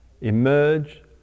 emerge